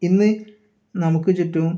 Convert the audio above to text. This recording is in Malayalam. ഇന്ന് നമുക്ക് ചുറ്റും